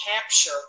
capture